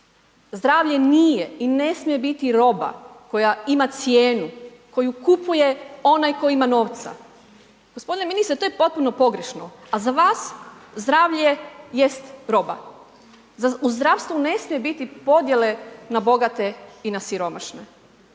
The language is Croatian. Zdravlje nije i ne smije biti roba koja ima cijenu koju kupuje onaj koji ima novca. Gospodine ministre to je potpuno pogrešno, a za vas zdravlje jest roba. U zdravstvu ne smije biti podjele na bogate i na siromašne